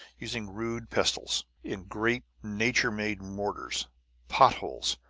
using rude pestles, in great, nature-made mortars pot-holes,